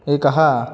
एकः